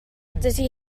dydy